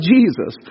Jesus